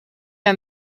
han